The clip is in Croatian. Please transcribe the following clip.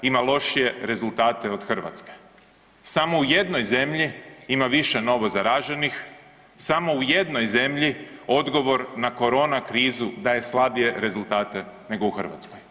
ima lošije rezultate od Hrvatske, samo u jednoj zemlji ima više novo zaraženih, samo u jednoj zemlji odgovor na korona krizu daje slabije rezultate nego u Hrvatskoj.